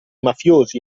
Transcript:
mafiosi